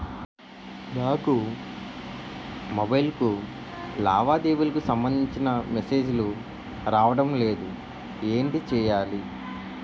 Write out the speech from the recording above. నాకు మొబైల్ కు లావాదేవీలకు సంబందించిన మేసేజిలు రావడం లేదు ఏంటి చేయాలి?